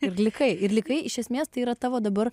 ir likai ir likai iš esmės tai yra tavo dabar